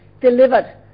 delivered